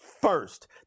first